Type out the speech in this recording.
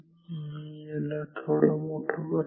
मी याला थोडं मोठं करतो